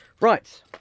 Right